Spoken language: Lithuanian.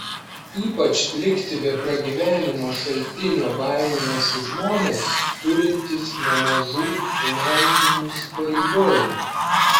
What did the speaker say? ypač likti be pragyvenimo šaltinio baiminasi žmonės turintys nemažų finansinių įsipareigojimų